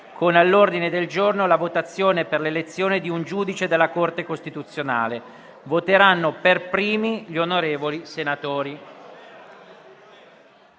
con all'ordine del giorno la votazione per l'elezione di un giudice della Corte costituzionale. Voteranno per primi gli onorevoli senatori.